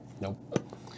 Nope